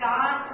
God